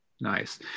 Nice